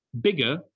bigger